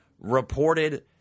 reported